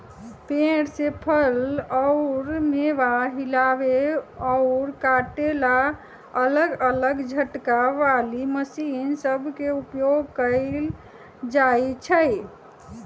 पेड़ से फल अउर मेवा हिलावे अउर काटे ला अलग अलग झटका वाली मशीन सब के उपयोग कईल जाई छई